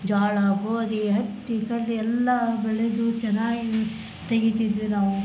ಜೋಳ ಗೋಧಿ ಹತ್ತಿ ಕಡಲೆ ಎಲ್ಲ ಬೆಳೆದು ಚೆನ್ನಾಗಿ ತೆಗಿತಿದ್ವಿ ನಾವು